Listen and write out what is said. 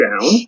down